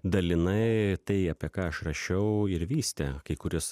dalinai tai apie ką aš rašiau ir vystė kai kuriuos